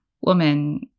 woman